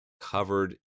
covered